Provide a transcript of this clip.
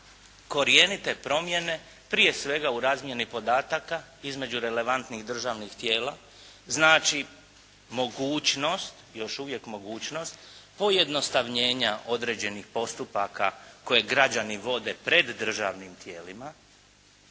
korjenite promjene, prije svega u razmjeni podataka između relevantnih državnih tijela znači mogućnost, još uvijek mogućnost pojednostavnjenja određenih postupaka koje građani vode pred državnim tijelima,